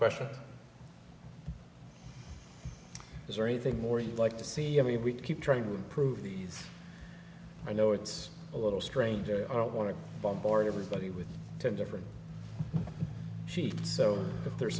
question is there anything more you'd like to see i mean we keep trying to improve these i know it's a little strange i don't want to bombard everybody with ten different sheets so if there's